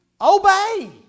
obey